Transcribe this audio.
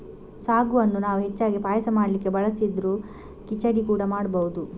ಸಾಗುವನ್ನ ನಾವು ಹೆಚ್ಚಾಗಿ ಪಾಯಸ ಮಾಡ್ಲಿಕ್ಕೆ ಬಳಸಿದ್ರೂ ಖಿಚಡಿ ಕೂಡಾ ಮಾಡ್ಬಹುದು